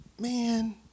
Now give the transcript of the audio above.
Man